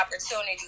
opportunity